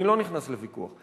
אני לא נכנס לוויכוח.